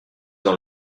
dans